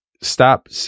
stop